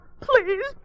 Please